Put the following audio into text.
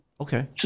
Okay